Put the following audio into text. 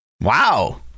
Wow